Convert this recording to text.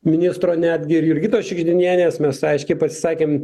ministro netgi ir jurgitos šiugždinienės mes aiškiai pasakėm